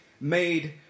made